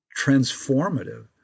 transformative